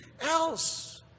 else